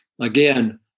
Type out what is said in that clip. again